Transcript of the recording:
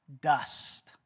Dust